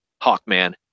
Hawkman